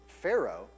Pharaoh